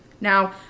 Now